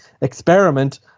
experiment